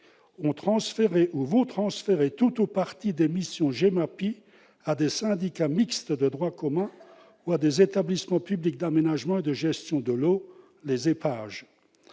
ont transféré ou vont transférer tout ou partie des missions GEMAPI à des syndicats mixtes de droit commun ou à des établissements publics d'aménagement et de gestion de l'eau, ou EPAGE.